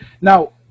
Now